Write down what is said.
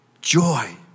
Joy